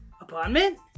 apartment